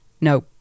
No